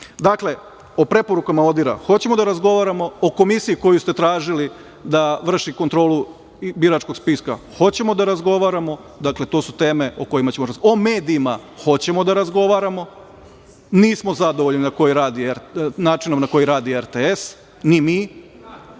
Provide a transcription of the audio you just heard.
o preporukama ODIHR-a hoćemo da razgovaramo, o komisiji koju ste tražili da vrši kontrolu biračkog spiska hoćemo da razgovaramo, dakle, to su teme o kojima ćemo razgovarati, o medijima hoćemo da razgovaramo. Nismo zadovoljni načinom na koji radi RTS, ni mi,